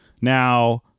Now